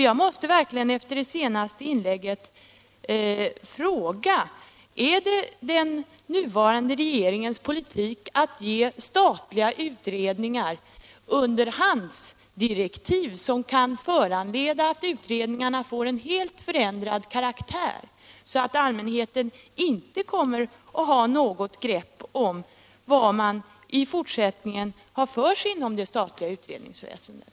Jag måste verkligen efter det senaste inlägget fråga: Är det den nuvarande regeringens politik att ge statliga utredningar underhandsdirektiv som kan föranleda att utredningarna får en helt förändrad karaktär — så att allmänheten inte kommer att ha något grepp om vad man i fortsättningen har för sig inom utredningsväsendet?